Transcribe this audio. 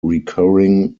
recurring